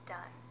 Done